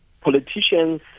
politicians